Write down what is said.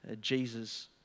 Jesus